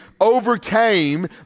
overcame